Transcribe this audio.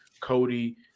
Cody